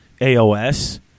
AOS